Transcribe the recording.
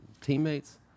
teammates